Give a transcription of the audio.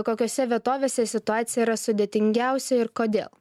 kokiose vietovėse situacija yra sudėtingiausia ir kodėl